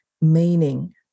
meaning